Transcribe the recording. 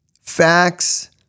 facts